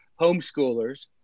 homeschoolers